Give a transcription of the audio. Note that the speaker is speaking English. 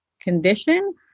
condition